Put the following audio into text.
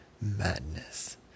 madness